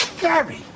Gary